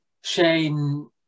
Shane